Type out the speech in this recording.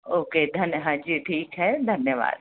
okay धन्यवाद हाँ जी ठीक है धन्यवाद